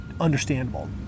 understandable